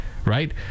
Right